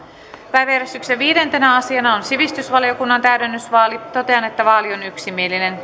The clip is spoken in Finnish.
päiväjärjestyksen viidentenä asiana on toimielimen täydennysvaali totean että vaali on yksimielinen